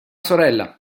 sorella